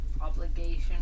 Obligation